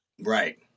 Right